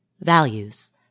values